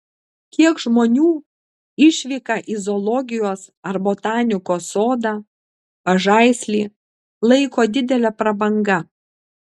kiek žmonių išvyką į zoologijos ar botanikos sodą pažaislį laiko didele prabanga